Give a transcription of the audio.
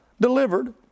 delivered